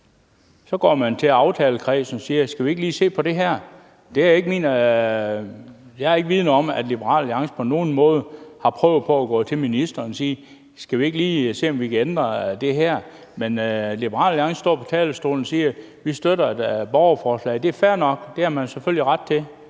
går man til aftalekredsen og siger: Skal vi ikke lige se på det her? Jeg er ikke vidende om, at Liberal Alliance på nogen måde har prøvet på at gå til ministeren og sige: Skal vi ikke lige se, om vi kan ændre det her? Men at Liberal Alliance står på talerstolen og siger, at de støtter et borgerforslag, er selvfølgelig fair nok. Det har man selvfølgelig ret til.